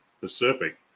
Pacific